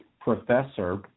professor